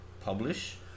publish